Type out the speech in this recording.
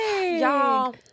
Y'all